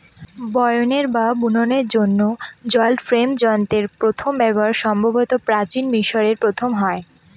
বয়নের বা বুননের জন্য জল ফ্রেম যন্ত্রের প্রথম ব্যবহার সম্ভবত প্রাচীন মিশরে প্রথম হয়